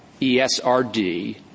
ESRD